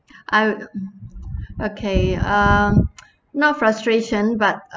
I okay uh not frustration but uh